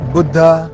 Buddha